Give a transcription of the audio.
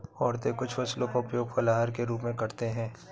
औरतें कुछ फसलों का उपयोग फलाहार के रूप में करते हैं